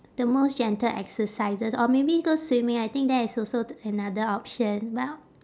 the most gentle exercises or maybe go swimming I think that is also another option but